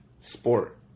sport